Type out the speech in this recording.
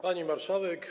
Pani Marszałek!